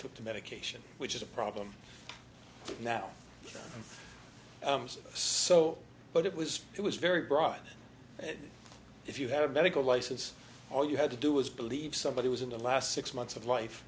took the medication which is a problem now i'm so so but it was it was very broad and if you have a medical license all you had to do was believe somebody was in the last six months of life